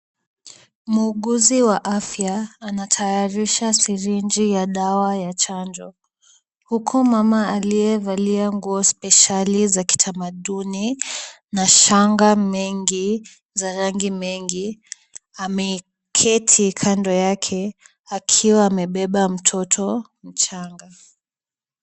Muuguzi wa afya anatayarisha syringe ya dawa ya chanjo, huku mama aliyevalia nguo special za kitamaduni na shanga mengi za rangi mengi, ameketi kando yake, akiwa amebeba mtoto mchanga.